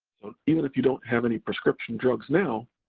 even if you don't have any prescription drugs now,